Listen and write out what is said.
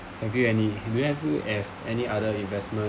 have you any have you ever have any other investment